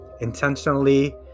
intentionally